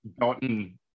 gotten